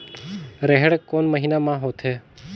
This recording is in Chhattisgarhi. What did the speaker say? रेहेण कोन महीना म होथे?